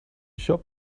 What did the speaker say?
shop